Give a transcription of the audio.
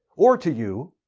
or to you,